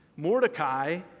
Mordecai